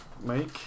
make